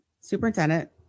superintendent